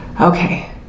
okay